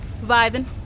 Vibin